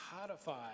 codify